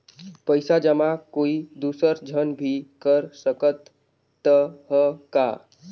पइसा जमा कोई दुसर झन भी कर सकत त ह का?